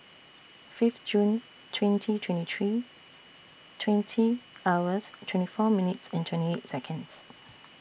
Fifth June twenty twenty three twenty hours twenty four minutes and twenty eight Seconds